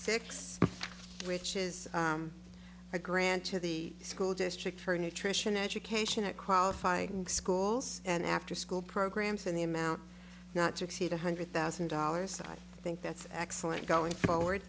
six which is a grant to the school district for nutrition education a qualifying schools and afterschool programs and the amount not to exceed one hundred thousand dollars i think that's excellent going forward